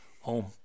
Home